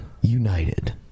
United